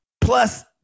Plus